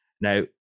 now